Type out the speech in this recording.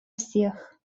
всех